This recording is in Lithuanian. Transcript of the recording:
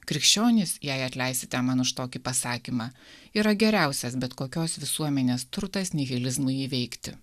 krikščionys jei atleisite man už tokį pasakymą yra geriausias bet kokios visuomenės turtas nihilizmui įveikti